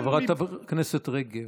חברת הכנסת רגב,